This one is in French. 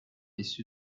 issu